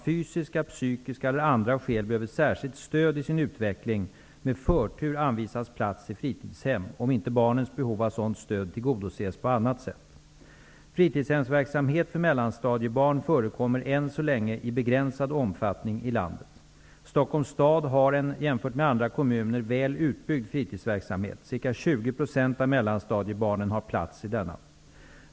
Fritidshemsverksamhet för mellanstadiebarn förekommer än så länge i begränsad omfattning i landet. Stockholms stad har en, jämfört med andra kommuner, väl utbyggd fritidsverksamhet. Ca 20 % av mellanstadiebarnen har plats i denna.